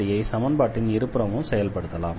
1fD ஐ சமன்பாட்டின் இரு புறமும் செயல்படுத்தலாம்